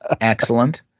Excellent